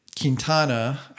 Quintana